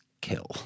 Kill